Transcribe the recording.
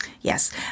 Yes